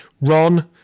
ron